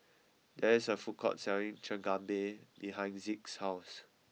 there is a food court selling Chigenabe behind Zeke's house